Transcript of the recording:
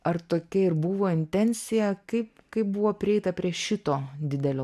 ar tokia ir buvo intensija kaip kaip buvo prieita prie šito didelio